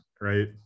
right